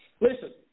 Listen